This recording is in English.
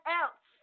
else